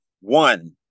One